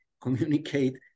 communicate